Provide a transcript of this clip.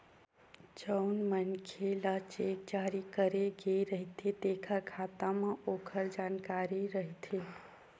जउन मनखे ल चेक जारी करे गे रहिथे तेखर खाता म ओखर जानकारी रहिथे